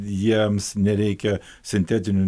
jiems nereikia sintetinių